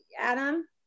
Adam